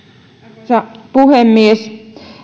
arvoisa puhemies